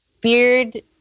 beard